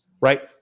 right